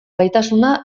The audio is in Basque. gaitasuna